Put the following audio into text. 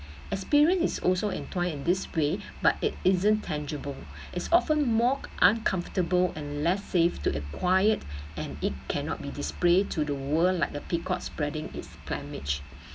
experience is also entwined in this way but it isn't tangible is often more uncomfortable and less safe to acquired and it cannot be display to the world like the peacock spreading its climate